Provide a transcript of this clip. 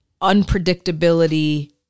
unpredictability